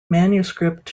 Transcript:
manuscript